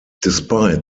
despite